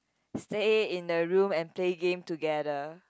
stay in a room and play game together